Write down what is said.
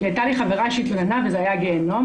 "כי הייתה לי חברה שהתלוננה וזה היה גיהינום.